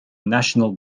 national